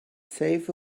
save